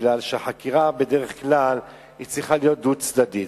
מכיוון שחקירה צריכה להיות דו-צדדית.